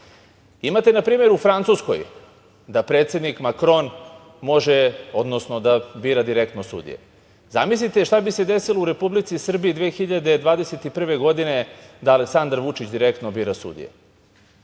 Imate, na primer, u Francuskoj da predsednik Makron bira direktno sudije. Zamislite šta bi se desilo o Republici Srbiji 2021. godine da Aleksandar Vučić direktno bira sudije.